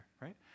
right